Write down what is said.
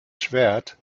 schwert